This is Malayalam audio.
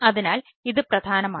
അതിനാൽ ഇത് പ്രധാനമാണ്